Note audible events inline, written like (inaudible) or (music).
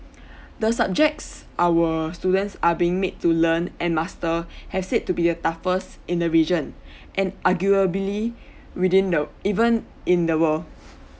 (breath) the subjects our students are being made to learn and master (breath) has said to be the toughest in the region and arguably (breath) within the even in the world